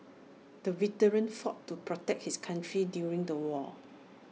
the veteran fought to protect his country during the war